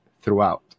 throughout